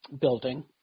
building